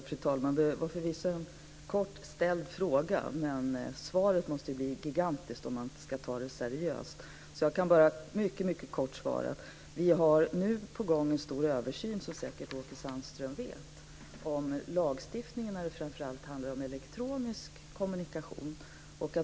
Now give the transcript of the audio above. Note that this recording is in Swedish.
Fru talman! Det var förvisso en kort ställd fråga. Men svaret måste ju bli gigantiskt om man ska ta det seriöst. Jag kan därför bara mycket kortfattat svara att vi nu har en stor översyn på gång, vilket Åke Sandström säkert vet, om lagstiftningen när det framför allt handlar om elektronisk kommunikation.